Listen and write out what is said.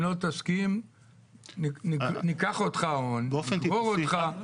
לא תסכים ניקח אותך או נגרור אותך לבית המשפט.